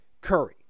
Curry